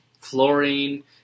fluorine